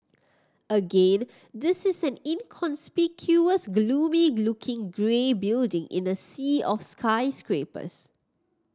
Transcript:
again this is an inconspicuous gloomy looking grey building in a sea of skyscrapers